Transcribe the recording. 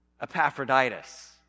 Epaphroditus